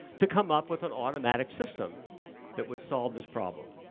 to come up with an automatic system that would solve this problem.